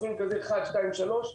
אחת, שתיים, שלוש.